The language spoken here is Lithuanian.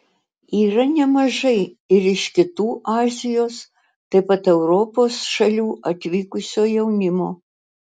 yra nemažai ir iš kitų azijos taip pat europos šalių atvykusio jaunimo